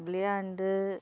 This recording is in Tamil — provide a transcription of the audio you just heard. விளையாண்டு